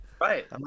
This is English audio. Right